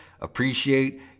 Appreciate